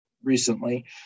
Recently